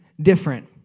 different